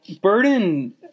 Burden